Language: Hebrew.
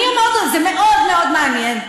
זה מאוד מאוד מעניין.